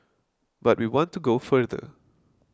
but we want to go further